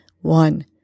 One